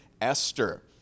Esther